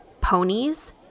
Ponies